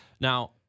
now